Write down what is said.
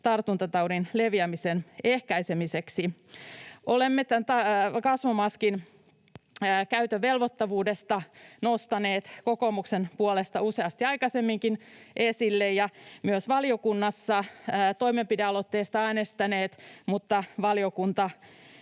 tartuntataudin leviämisen ehkäisemiseksi.” Olemme kasvomaskin käytön velvoittavuutta nostaneet kokoomuksen puolesta useasti aikaisemminkin esille ja myös valiokunnassa toimenpidealoitteesta äänestäneet, mutta valiokunta